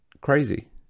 crazy